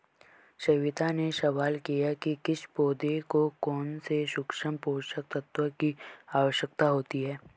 सविता ने सवाल किया कि किस पौधे को कौन से सूक्ष्म पोषक तत्व की आवश्यकता होती है